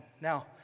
Now